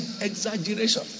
Exaggeration